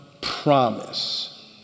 promise